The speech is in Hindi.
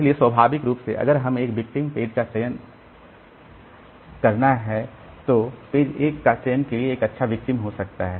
इसलिए स्वाभाविक रूप से अगर हमें एक विक्टिम का चयन करना है तो पेज 1 चयन के लिए एक अच्छा विक्टिम हो सकता है